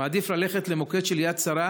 מעדיף ללכת למוקד של יד שרה,